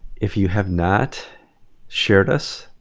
if you have not shared us,